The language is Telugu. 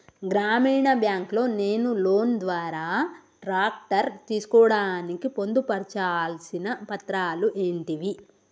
గ్రామీణ బ్యాంక్ లో నేను లోన్ ద్వారా ట్రాక్టర్ తీసుకోవడానికి పొందు పర్చాల్సిన పత్రాలు ఏంటివి?